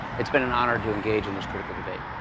it's been an honor to engage in this critical debate.